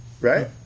Right